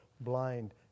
blind